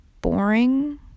boring